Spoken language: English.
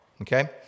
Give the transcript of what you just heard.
okay